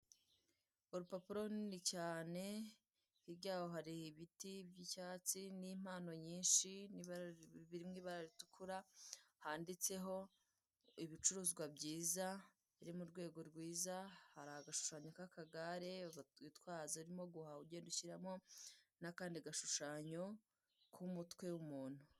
Urupapuro runini cyane hirya yaho hari ibiti by'icyatsi n'impano nyinshi biri mu ibara ritukura handitseho ibicuruzwa byiza biri mu rwego rwiza, hari agashushanyo ka kagare ngo twitwazemo guhaha ibyo dushyiramo n'akandi gashushanyo k'umutwe w'umuntu.